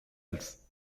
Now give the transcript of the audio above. else